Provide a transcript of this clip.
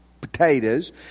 potatoes